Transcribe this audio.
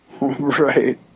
Right